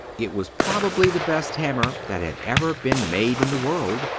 it was probably the best hammer that had ever been made in the world,